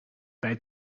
bij